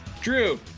Drew